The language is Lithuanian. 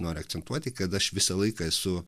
noriu akcentuoti kad aš visą laiką esu